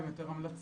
הם יותר המלצות,